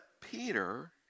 Peter